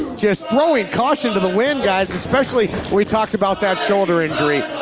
just throwing caution to the wind, guys, especially we talked about that shoulder injury.